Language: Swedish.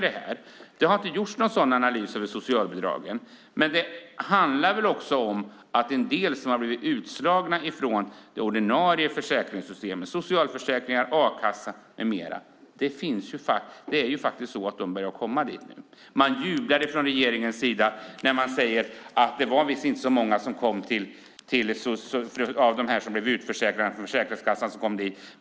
Det har inte gjorts någon sådan analys av socialbidragen, men det handlar också om att en del som har blivit utslagna från det ordinarie försäkringssystemet - socialförsäkringar, a-kassa med mera - nu börjar komma till socialkontoret. Regeringen jublar och säger att det var visst inte så många av dem som blev utförsäkrade från Försäkringskassan som kom dit.